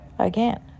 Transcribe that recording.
again